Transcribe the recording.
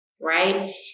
Right